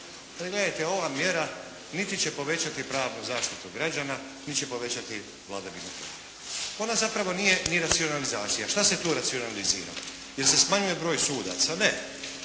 Gledajte, ova mjera niti će povećati pravnu zaštitu građana, niti će povećati vladavinu prava. Ona zapravo nije ni racionalizacija. Što se tu racionalizira? Jel' se smanjuje broj sudaca? Ne!